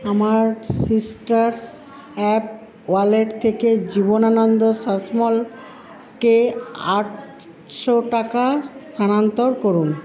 আমার sister's app wallet থেকে জীবনানন্দ শাসমলকে আটশো টাকা স্থানান্তর করুন